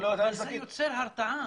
לא חשוב, אתה יוצר הרתעה.